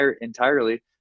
entirely